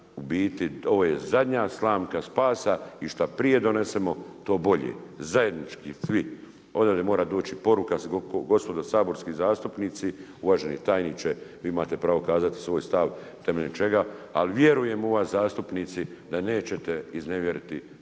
u biti ovo je zadnja slamka spasa i šta prije donesemo to bolje, zajednički svi. Odavde mora doći poruka gospodo saborski zastupnici, uvaženi tajniče vi imate pravo kazati svoj stav temeljem čega, ali vjerujem u vas zastupnici da nećete iznevjeriti 330